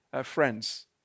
friends